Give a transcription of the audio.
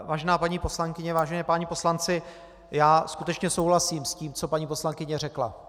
Vážená paní poslankyně, vážení páni poslanci, já skutečně souhlasím s tím, co paní poslankyně řekla.